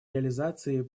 реализации